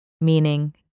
meaning